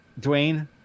Dwayne